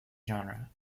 genre